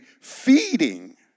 feeding